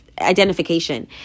identification